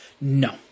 No